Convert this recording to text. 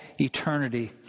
eternity